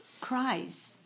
cries